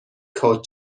court